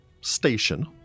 station